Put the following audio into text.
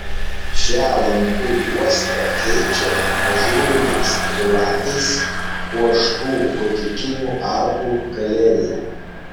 šią langų juostą keičia ažūriniais trilapiais puoštų gotikinių arkų galerija